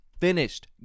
Finished